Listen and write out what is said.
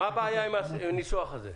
הזרמה --- מה הבעיה בניסוח הזה?